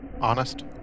honest